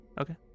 Okay